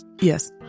yes